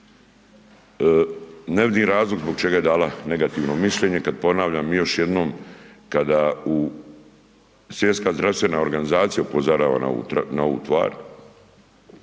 ne vidim razlog zbog čega je dala negativno mišljenje kad ponavljam, mi još jednom kada Svjetska zdravstvena organizacija upozorava na ovu tvar